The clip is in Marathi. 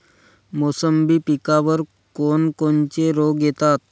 मोसंबी पिकावर कोन कोनचे रोग येतात?